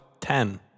ten